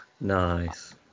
Nice